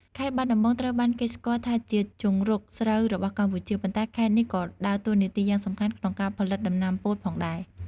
ខេត្តបាត់ដំបង ត្រូវបានគេស្គាល់ថាជា ជង្រុកស្រូវ របស់កម្ពុជា ប៉ុន្តែខេត្តនេះក៏ដើរតួនាទីយ៉ាងសំខាន់ក្នុងការផលិតដំណាំពោតផងដែរ។